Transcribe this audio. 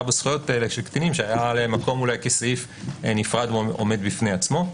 בזכויות האלה של קטינים שהיה מקום אולי כסעיף נפרד ועומד בפני עצמו.